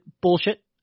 bullshit